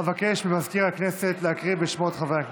אבקש ממזכיר הכנסת להקריא את שמות חברי הכנסת.